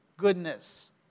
Goodness